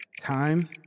Time